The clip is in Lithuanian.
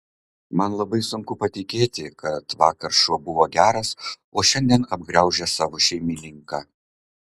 man labai sunku patikėti kad vakar šuo buvo geras o šiandien apgraužė savo šeimininką